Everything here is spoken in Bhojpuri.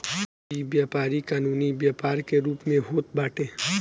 इ व्यापारी कानूनी व्यापार के रूप में होत बाटे